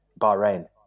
Bahrain